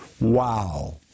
Wow